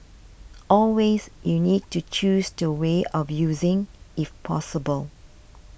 always you need to choose the way of using if possible